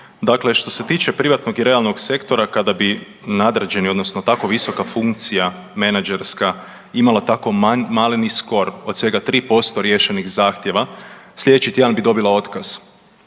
Dakle, što se tiče privatnog i realnog sektora kada bi nadređeni, odnosno tako visoka funkcija menadžerska imala tako maleni scor od svega 3% riješenih zahtjeva sljedeći tjedan bi dobila otkaz.